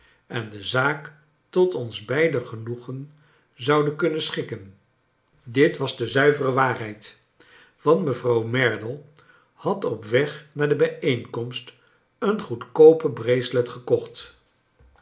en de zaak tot ons beider genoegen zouden kunnen schikken dit was de zuivere i waarheid want mevrouw merdle had i op weg naar de bijeenkomst een goed j koope bracelet gekocht